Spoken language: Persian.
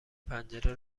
پنجره